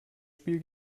spiel